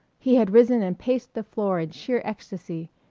he had risen and paced the floor in sheer ecstasy.